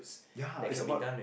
ya it's about